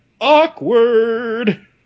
awkward